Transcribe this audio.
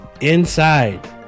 Inside